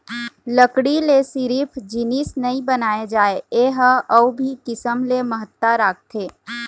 लकड़ी ले सिरिफ जिनिस नइ बनाए जाए ए ह अउ भी किसम ले महत्ता राखथे